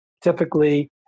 typically